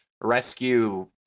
rescue